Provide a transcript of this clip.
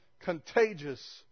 contagious